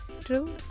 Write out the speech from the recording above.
True